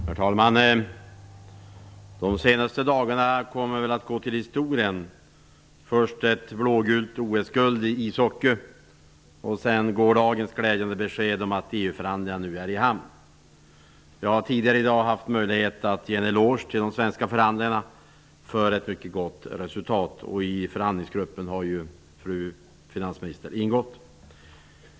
Herr talman! De senaste dagarna kommer att gå till historien. Först blev det ett blå-gult OS-guld i ishockey. Sedan var det gårdagens glädjande besked om att EU-förhandlingarna nu är i hamn. Jag har tidigare i dag haft möjlighet att ge en eloge till de svenska förhandlarna för ett mycket gott resultat. Fru finansministern har ju ingått i förhandlingsgruppen.